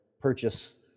purchase